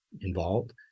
involved